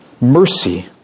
Mercy